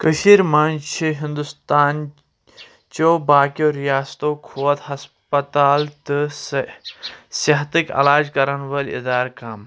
کٔشیٖر منٛز چھِ ہِنٛدوستان چیٚو باقٕیَو ریاستَو کھۄتہٕ ہسپتال تہٕ صحتٕکۍ علاج کرن وٲلۍ اِدارٕ کَم